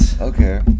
Okay